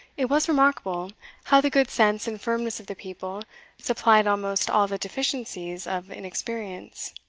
it was remarkable how the good sense and firmness of the people supplied almost all the deficiencies of inexperience.